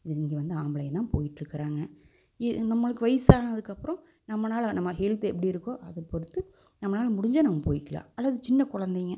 இங்கே வந்து ஆம்பளைங்க தான் போயிட்டுருக்கறாங்க இ நம்மளுக்கு வயிசானதுக்கப்புறோம் நம்மனால நம்ம ஹெல்த் எப்படி இருக்கோ அதை பொறுத்து நம்மனால முடிஞ்சா நம்ம போயிக்கலாம் அல்லது சின்ன குழந்தைங்க